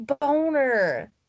Boner